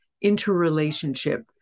interrelationship